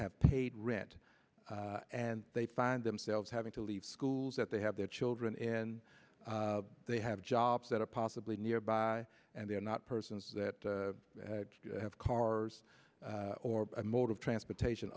have paid rent and they find themselves having to leave schools that they have their children and they have jobs that are possibly nearby and they are not persons that have cars or a mode of transportation